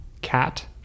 Cat